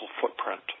footprint